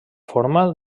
forma